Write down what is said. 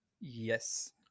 Yes